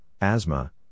asthma